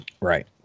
Right